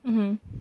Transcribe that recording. mmhmm